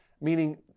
meaning